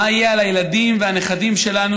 מה יהיה על הילדים והנכדים שלנו,